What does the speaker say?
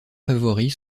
favoris